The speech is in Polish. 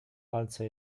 palce